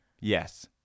Yes